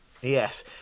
Yes